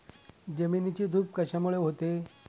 जमिनीची धूप कशामुळे होते?